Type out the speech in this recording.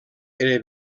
era